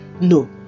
No